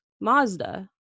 Mazda